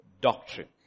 doctrine